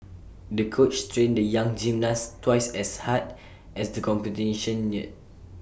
the coach trained the young gymnast twice as hard as the competition neared